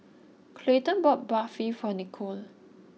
Clayton bought Barfi for Nicolle